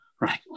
Right